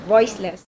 Voiceless